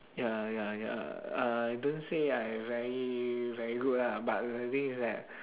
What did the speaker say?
ya ya ya lah I don't say I very very good lah but the thing is that